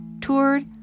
toured